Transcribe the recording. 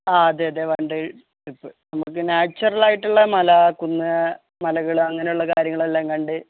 ആ അതെ അതെ വൺഡേ ട്രിപ്പ് നമുക്ക് നാച്ചുറലായിട്ടുള്ള മല കുന്ന് മലകൾ അങ്ങനെയുള്ള കാര്യങ്ങളെല്ലാം കണ്ട്